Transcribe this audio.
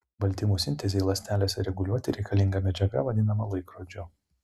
baltymų sintezei ląstelėse reguliuoti reikalinga medžiaga vadinama laikrodžiu